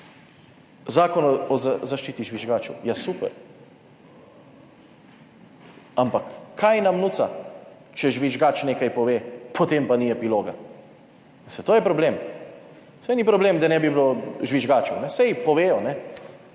Zakon o zaščiti žvižgačev je super, ampak kaj nam koristi, če žvižgač nekaj pove, potem pa ni epiloga. Saj to je problem. Saj ni problem, da ne bi bilo žvižgačev, saj povejo.